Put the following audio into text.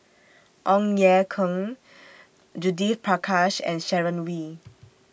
Ong Ye Kung Judith Prakash and Sharon Wee